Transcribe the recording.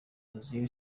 ozil